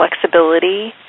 flexibility